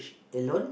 alone